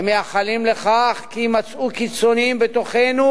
הם מייחלים לכך שיימצאו קיצוניים בתוכנו